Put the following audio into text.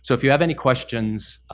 so if you have any questions,